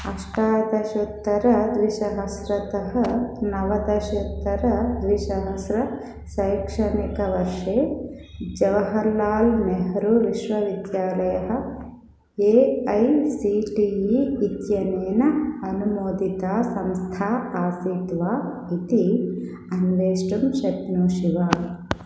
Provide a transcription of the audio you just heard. अष्टादशोत्तरद्विसहस्रतः नवदशोत्तरद्विसहस्रतमे सैक्षणिकवर्षे जवाहर्लाल् नेहरू विश्वविद्यालयः A I C T E इत्यनेन अनुमोदिता संस्था आसीत् वा इति अन्वेष्टुं शक्नोषि वा